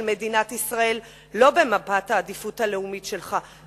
מדינת ישראל לא במפת העדיפות הלאומית שלך,